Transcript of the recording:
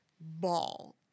ball